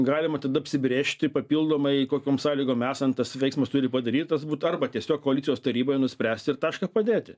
galima tada apsibrėžti papildomai kokiom sąlygom esant tas veiksmas turi padarytas būt arba tiesiog koalicijos taryboj nuspręsti ir tašką padėti